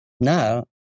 Now